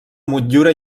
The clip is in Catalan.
motllura